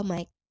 Mike